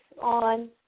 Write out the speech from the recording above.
on